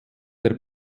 der